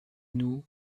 nous